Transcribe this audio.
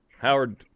Howard